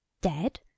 Dead